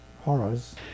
horrors